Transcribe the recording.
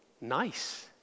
nice